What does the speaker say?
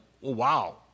wow